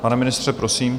Pane ministře, prosím.